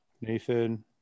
Nathan